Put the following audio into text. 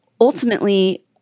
ultimately